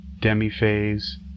demi-phase